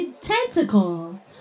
tentacle